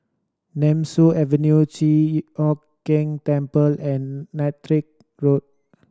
Nemesu Avenue Chi Hock Keng Temple and Road